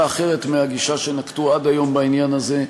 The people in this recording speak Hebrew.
אחרת מהגישה שנקטו עד היום בעניין הזה.